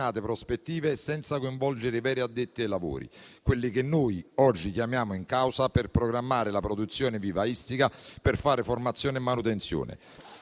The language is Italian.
prospettive senza coinvolgere i veri addetti ai lavori, quelli che noi oggi chiamiamo in causa per programmare la produzione vivaistica e per fare formazione e manutenzione.